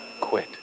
quit